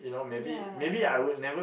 ya